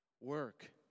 work